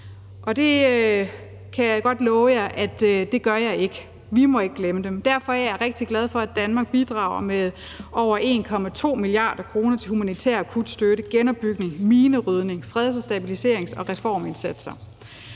og det kan jeg godt love at jeg ikke gør. Vi må ikke glemme dem. Derfor er jeg glad for, at Danmark bidrager med over 1,2 mia. kr. til akut humanitær støtte, genopbygning, minerydning og freds-, stabiliserings- og reformindsatser.